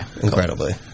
Incredibly